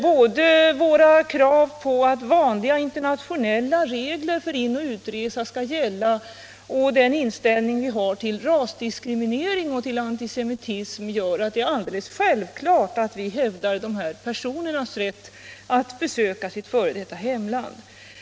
Både våra krav på att vanliga internationella regler för inoch utresa skall gälla och den inställning vi har till rasdiskriminering och antisemitism gör att det är alldeles självklart att vi hävdar de här personernas rätt att besöka sitt f.d. hemland.